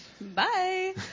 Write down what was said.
Bye